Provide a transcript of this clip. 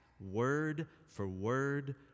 word-for-word